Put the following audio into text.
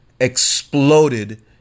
exploded